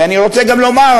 אני רוצה גם לומר,